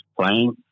playing